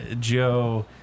Joe